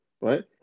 right